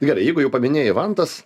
gerai jeigu jau paminėjai vantas